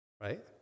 Right